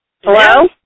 Hello